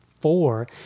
four